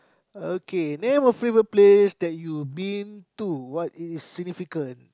okay name a favorite place that you've been to what is significant